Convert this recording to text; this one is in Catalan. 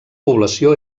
població